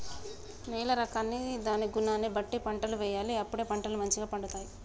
నేల రకాన్ని దాని గుణాన్ని బట్టి పంటలు వేయాలి అప్పుడే పంటలు మంచిగ పండుతాయి